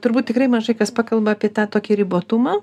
turbūt tikrai mažai kas pakalba apie tą tokį ribotumą